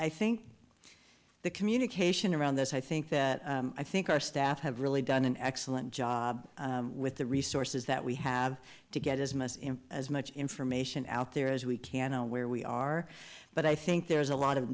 i think the communication around this i think that i think our staff have really done an excellent job with the resources that we have to get as most in as much information out there as we can know where we are but i think there's a lot of